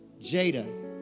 Jada